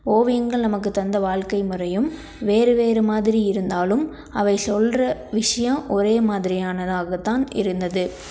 ஓவியங்கள் நமக்கு தந்த வாழ்க்கை முறையும் வேறு வேறு மாதிரி இருந்தாலும் அவை சொல்கிற விஷியம் ஒரே மாதிரியானதாகத்தான் இருந்தது